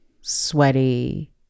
sweaty